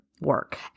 work